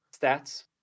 stats